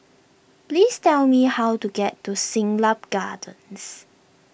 please tell me how to get to Siglap Gardens